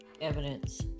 evidence